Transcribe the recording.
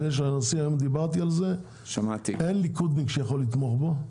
היום דיברתי על זה אין ליכודניק שיכול לתמוך בו.